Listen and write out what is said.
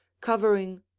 covering